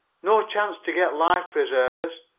no chance to get life-preservers.